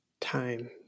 time